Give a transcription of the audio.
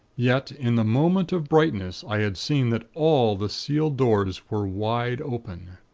yet, in the moment of brightness, i had seen that all the sealed doors were wide open.